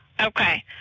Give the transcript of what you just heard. Okay